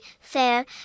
fair